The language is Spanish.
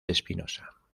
espinosa